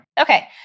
Okay